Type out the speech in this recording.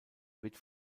wird